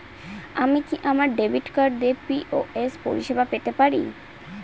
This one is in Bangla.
আমি কি আমার ডেবিট কার্ড দিয়ে পি.ও.এস পরিষেবা পেতে পারি?